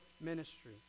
ministry